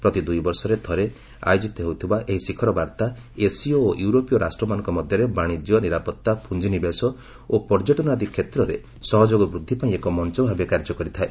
ପ୍ରତି ଦୁଇବର୍ଷରେ ଥରେ ଆୟୋଜିତ ହେଉଥିବା ଏହି ଶିଖର ବାର୍ତ୍ତା ଏସିୟ ଓ ୟୁରୋପୀୟ ରାଷ୍ଟ୍ରମାନଙ୍କ ମଧ୍ୟରେ ବାଣିଜ୍ୟ ନିରାପତ୍ତା ପୁଞ୍ଜିନିବେଶ ଓ ପର୍ଯ୍ୟଟନ ଆଦି କ୍ଷେତ୍ରରେ ସହଯୋଗ ବୃଦ୍ଧି ପାଇଁ ଏକ ମଞ୍ଚ ଭାବେ କାର୍ଯ୍ୟ କରିଥାଏ